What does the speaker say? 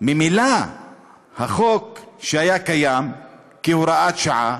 ממילא החוק שהיה קיים, כהוראת שעה,